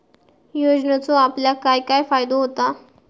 योजनेचो आपल्याक काय काय फायदो होता?